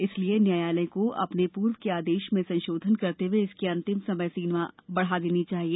इसलिए न्यायालय को अपने पूर्व के आदेश में संशोधन करते हुए इसकी अंतिम समय सीमा बढ़ा देनी चाहिए